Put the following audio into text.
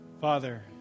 Father